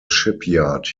shipyard